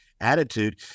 attitude